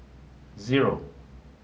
zero